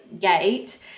gate